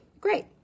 great